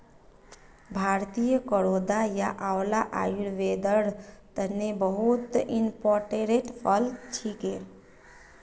भारतीय करौदा या आंवला आयुर्वेदेर तने बहुत इंपोर्टेंट फल छिके